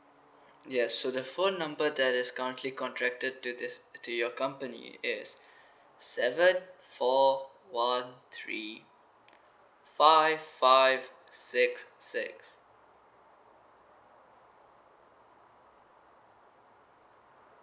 yeah so the phone number that is currently contracted to this to your company is seven four one three five five six six